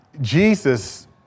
Jesus